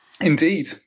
Indeed